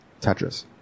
Tetris